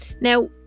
Now